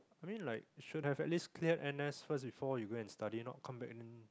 I mean like you should at least cleared N_S before you go and study not come back and then